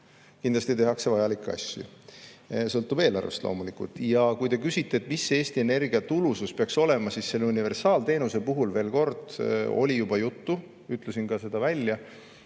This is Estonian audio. Kindlasti tehakse vajalikke asju. Kõik sõltub eelarvest loomulikult. Ja kui te küsite, kui suur Eesti Energia tulusus peaks olema, siis universaalteenuse puhul oli juba juttu – ütlesin ka selle välja,